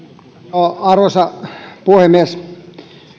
arvoisa puhemies